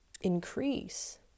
increase